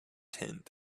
tent